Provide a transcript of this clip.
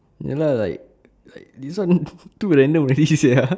ya lah like like this one too random already ya